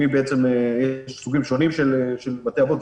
יש סוגים שונים של בתי-אבות.